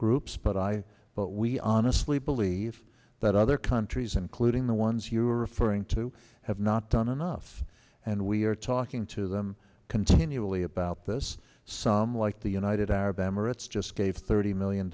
groups but i but we honestly believe that other countries including the ones you are referring to have not done enough and we are talking to them continually about this some like the united arab emirates just gave thirty million